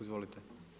Izvolite.